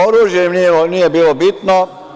Oružje im nije bilo bitno.